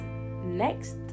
next